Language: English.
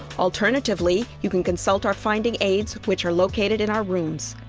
alternatively, you can consult our finding aids which are located in our rooms